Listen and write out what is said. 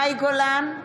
מאי גולן,